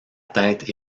tête